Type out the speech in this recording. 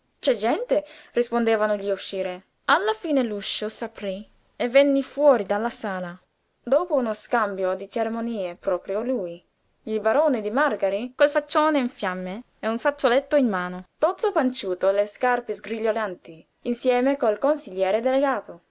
c'è gente rispondevano gli uscieri alla fine l'uscio s'aprí e venne fuori dalla sala dopo uno scambio di cerimonie proprio lui il barone di màrgari col faccione in fiamme e un fazzoletto in mano tozzo panciuto le scarpe sgrigliolanti insieme col consigliere delegato